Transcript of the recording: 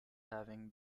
having